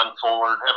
forward